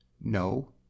No